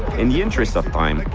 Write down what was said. in the interest of time,